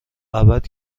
ابد